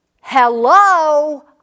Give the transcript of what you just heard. Hello